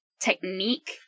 technique